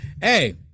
hey